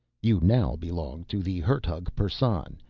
you now belong to. the hertug persson.